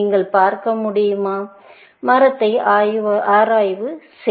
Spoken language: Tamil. நீங்கள் பார்க்க முடியுமா மரத்தை ஆய்வு செய்ய முடியுமா